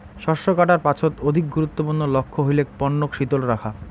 শস্য কাটার পাছত অধিক গুরুত্বপূর্ণ লক্ষ্য হইলেক পণ্যক শীতল রাখা